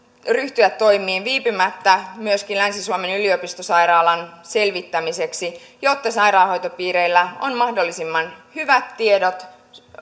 ryhtyä toimiin viipymättä myöskin länsi suomen yliopistosairaalan selvittämiseksi jotta sairaanhoitopiireillä on mahdollisimman hyvät tiedot